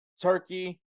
Turkey